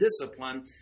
discipline